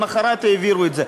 למחרת העבירו את זה.